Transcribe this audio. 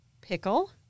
pickle